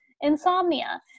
insomnia